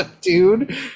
dude